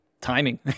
timing